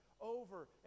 over